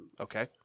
Okay